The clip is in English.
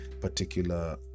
particular